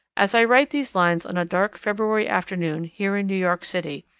as i write these lines on a dark february afternoon, here in new york city,